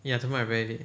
ya tomorrow I very late